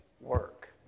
work